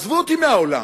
עזבו אותי מהעולם.